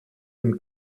dem